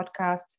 podcasts